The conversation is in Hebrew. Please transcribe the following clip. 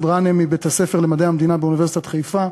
גאנם מבית-הספר למדעי המדינה באוניברסיטת חיפה,